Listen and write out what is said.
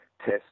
test